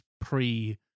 pre